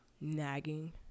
nagging